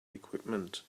equipment